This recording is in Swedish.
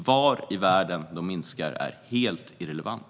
Var i världen de minskar är helt irrelevant.